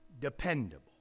dependable